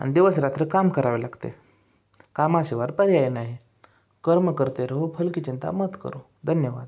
आणि दिवस रात्र काम करावे लागते कामाशिवाय पर्याय नाही कर्म करते रहो फल की चिंता मत करो धन्यवाद